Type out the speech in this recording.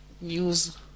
News